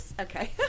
Okay